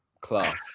class